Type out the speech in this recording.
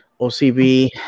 OCB